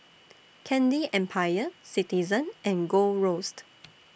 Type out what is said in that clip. Candy Empire Citizen and Gold Roast